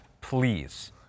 please